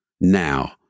now